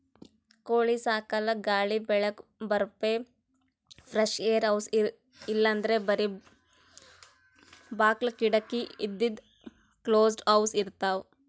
ಕೋಳಿ ಸಾಕಲಕ್ಕ್ ಗಾಳಿ ಬೆಳಕ್ ಬರಪ್ಲೆ ಫ್ರೆಶ್ಏರ್ ಹೌಸ್ ಇಲ್ಲಂದ್ರ್ ಬರಿ ಬಾಕ್ಲ್ ಕಿಡಕಿ ಇದ್ದಿದ್ ಕ್ಲೋಸ್ಡ್ ಹೌಸ್ ಇರ್ತವ್